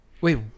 Wait